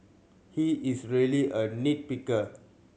he is a really a nit picker